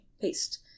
paste